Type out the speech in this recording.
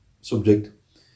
subject